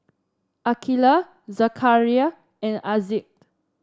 Aqilah Zakaria and Aizat